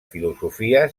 filosofia